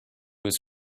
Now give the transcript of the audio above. his